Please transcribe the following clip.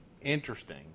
Interesting